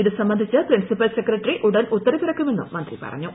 ഇതുസംബന്ധിച്ച് principal secretary ഉടൻ ഉത്തരവിറക്കുമെന്നും മന്ത്രി പറഞ്ഞു